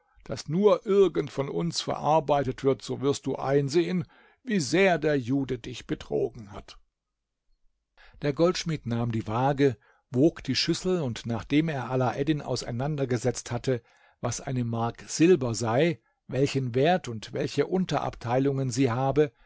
das nur irgend von uns verarbeitet wird so wirst du einsehen wie sehr der jude dich betrogen hat der goldschmied nahm die waage wog die schüssel und nachdem er alaeddin auseinandergesetzt hatte was eine mark silber sei welchen wert und welche unterabteilungen sie habe